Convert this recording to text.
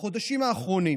בחודשים האחרונים